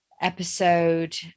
episode